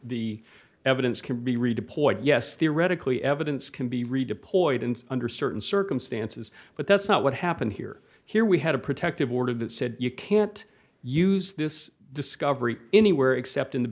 the evidence can be redeployed yes theoretically evidence can be redeployed and under certain circumstances but that's not what happened here here we had a protective order that said you can't use this discovery anywhere except in the